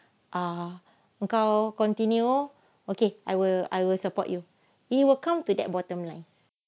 ah engkau continue okay I will I will support you it will come to that bottom line